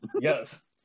yes